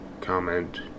comment